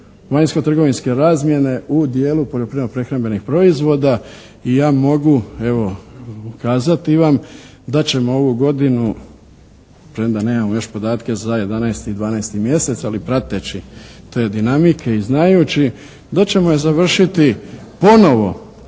vanjskotrgovinske razmjene u dijelu poljoprivredno-prehrambenih proizvoda. I ja mogu evo kazati vam da ćemo ovu godinu, premda nemamo još podatke za 11. i 12. mjeseci, ali prateći te dinamike i znajući da ćemo ju završiti ponovo